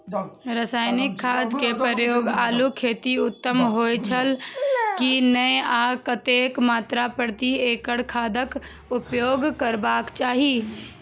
रासायनिक खाद के प्रयोग आलू खेती में उत्तम होय छल की नेय आ कतेक मात्रा प्रति एकड़ खादक उपयोग करबाक चाहि?